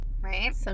right